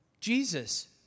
Jesus